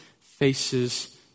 faces